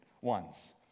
ones